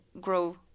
grow